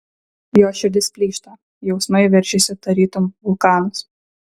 jos širdis plyšta jausmai veržiasi tarytum vulkanas